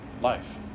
life